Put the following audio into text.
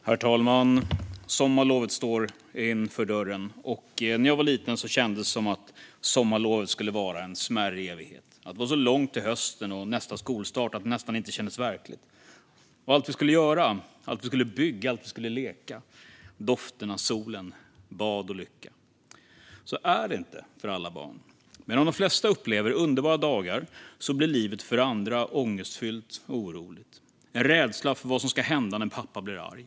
Herr talman! Sommarlovet står för dörren. När jag var liten kändes det som att sommarlovet skulle vara en smärre evighet. Det var så långt till hösten och nästa skolstart att det nästan kändes overkligt. Och allt vi skulle göra, allt vi skulle bygga, allt vi skulle leka, dofterna, solen och baden var lycka. Så är det inte för alla barn. Medan de flesta upplever underbara dagar blir livet för andra ångestfyllt och oroligt av en rädsla för vad som ska hända när pappa blir arg.